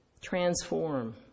Transform